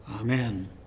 Amen